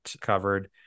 covered